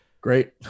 Great